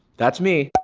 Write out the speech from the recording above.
that's me.